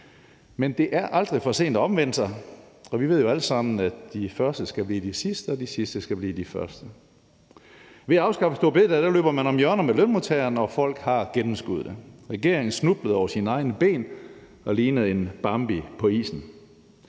Men det er aldrig for sent at omvende sig, og vi ved jo alle sammen, at de første skal blive de sidste og de sidste skal blive de første. Ved at afskaffe store bededag løber man om hjørner med lønmodtagerne, og folk har gennemskuet det. Regeringen snublede over sine egne ben og lignede Bambi på isen.